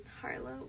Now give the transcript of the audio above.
Harlow